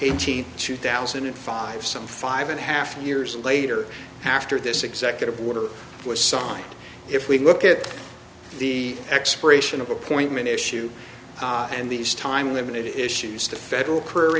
eighteenth two thousand and five some five and a half years later after this executive order was signed if we look at the expiration of appointment issue and these time limited issues the federal curr